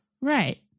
Right